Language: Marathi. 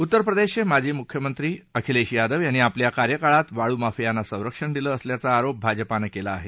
उत्तर प्रदेशचे माजी मुख्यमंत्री अखिलेश यादव यांनी आपल्या कार्यकाळात वाळू माफियांना संरक्षण दिले असल्याचा आरोप भाजपाने केला आहे